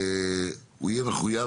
הוא יהיה מחויב